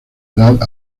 edad